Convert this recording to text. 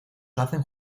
hacen